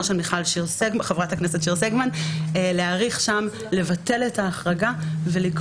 של חברת הכנסת מיכל שיר סגמן לבטל את ההחרגה ולקבוע